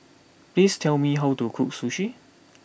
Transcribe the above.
please tell me how to cook sushi